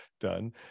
done